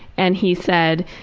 and he said,